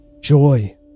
joy